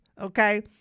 Okay